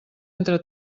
entre